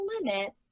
limit